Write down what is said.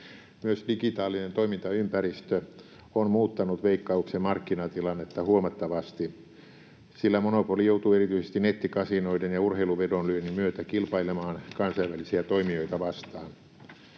Myös digitaalinen toimintaympäristö on muuttanut Veikkauksen markkinatilannetta huomattavasti, sillä monopoli joutuu erityisesti nettikasinoiden ja urheiluvedonlyönnin myötä kilpailemaan kansainvälisiä toimijoita vastaan.